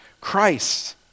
Christ